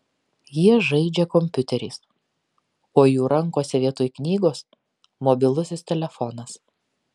jie žaidžia kompiuteriais o jų rankose vietoj knygos mobilusis telefonas